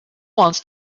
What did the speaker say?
wants